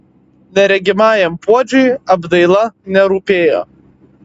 neregimajam puodžiui apdaila nerūpėjo